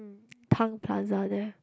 Tang-Plaza there